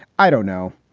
i don't know.